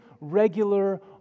regular